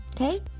okay